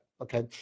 Okay